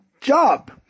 job